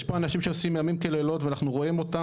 יש פה אנשים שעושים ימים כלילות ואנחנו רואים אותם